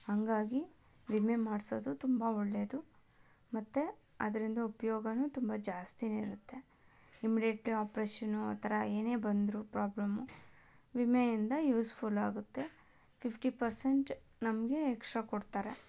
ಹಾಗಾಗಿ ವಿಮೆ ಮಾಡಿಸೋದು ತುಂಬ ಒಳ್ಳೆಯದು ಮತ್ತು ಅದರಿಂದ ಉಪಯೋಗಾನೂ ತುಂಬ ಜಾಸ್ತಿಯೇ ಇರುತ್ತೆ ಇಮ್ಮಿಡೆಟ್ಲಿ ಆಪರೇಷನ್ನು ಆ ಥರ ಏನೇ ಬಂದರೂ ಪ್ರಾಬ್ಲಮ್ಮು ವಿಮೆಯಿಂದ ಯೂಸ್ಫುಲ್ ಆಗುತ್ತೆ ಫಿಫ್ಟಿ ಪರ್ಸೆಂಟ್ ನಮಗೆ ಎಕ್ಸ್ಟ್ರಾ ಕೊಡ್ತಾರೆ